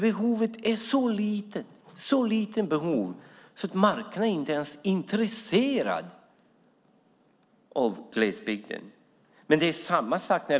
Behoven är dock så små att marknaden inte är intresserad av glesbygden över huvud taget.